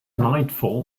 nightfall